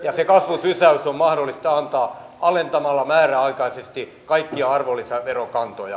ja se kasvusysäys on mahdollista antaa alentamalla määräaikaisesti kaikkia arvonlisäverokantoja